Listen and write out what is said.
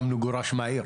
גם נגורש מהעיר.